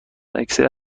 اکسیر